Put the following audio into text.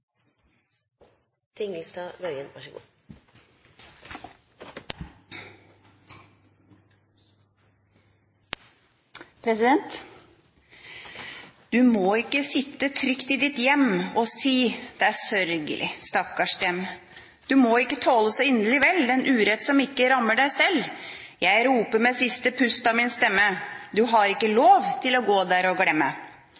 må ikke sitte trygt i ditt hjem og si: Det er sørgelig, stakkars dem! Du må ikke tåle så inderlig vel den urett som ikke rammer dig selv! Jeg roper med siste pust av min stemme: Du har ikke